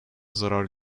zarar